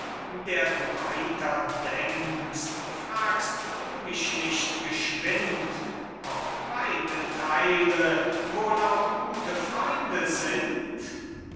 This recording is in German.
der du weiter denkst fragst du mich nicht geschwind ob beide teile wohl auch gute freunde sind